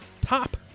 top